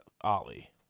Ollie